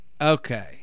okay